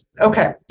Okay